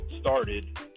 started